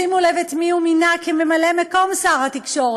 שימו לב את מי הוא מינה לממלא-מקום שר התקשורת,